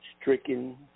stricken